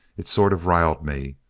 it sort of riled me.